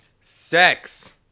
Sex